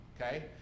okay